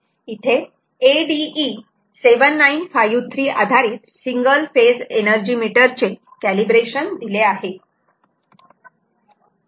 इथे ADE 7953 आधारित single phase energy meter चे कॅलिब्रेशन दिले आहे